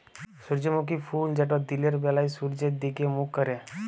সূর্যমুখী ফুল যেট দিলের ব্যালা সূর্যের দিগে মুখ ক্যরে